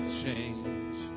change